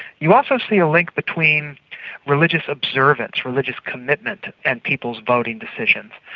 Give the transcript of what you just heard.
you also see a link between religious observance, religious commitment, and people's voting decisions,